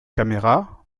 caméra